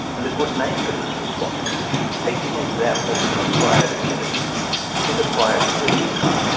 and a good name for this response taking example from acquired immunity is acquired resilience.